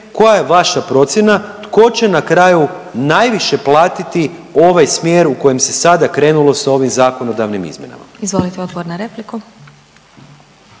koja je vaša procjena tko će na kraju najviše platiti ovaj smjer u kojem se sada krenulo sa ovim zakonodavnim izmjenama? **Glasovac, Sabina